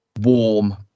warm